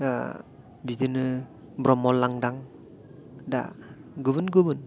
बिदिनो ब्रह्म लांदां दा गुबुन गुबुन